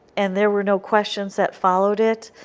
and there were no questions that followed it,